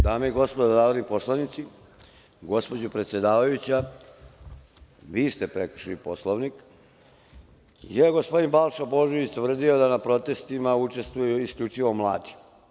Dame i gospodo narodni poslanici, gospođo predsedavajuća vi ste prekršili Poslovnik, jer je gospodin Balša Božović tvrdio da na protestima učestvuju isključivo mladi.